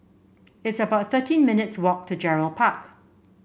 it's about thirteen minutes' walk to Gerald Park